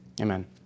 amen